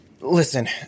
Listen